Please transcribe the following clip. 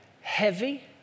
heavy